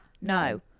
No